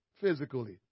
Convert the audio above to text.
physically